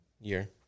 year